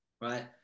right